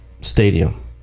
stadium